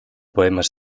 poemas